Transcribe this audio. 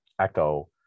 Echo